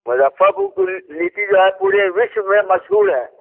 मुज़फ़्फ़रपुर की लीची जो है पूरे विश्व में मशहूर है